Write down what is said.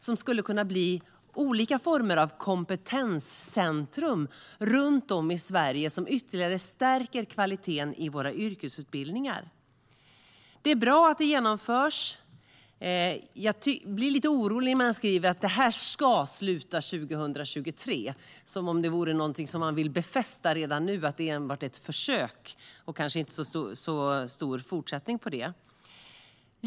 Det skulle kunna bli olika former av kompetenscentrum runt om i Sverige, som ytterligare stärker kvaliteten i våra yrkesutbildningar. Det är bra att det genomförs. Jag blir lite orolig när man skriver att det ska sluta 2023, som om man vill befästa redan nu att det enbart är ett försök och att det kanske inte blir en fortsättning.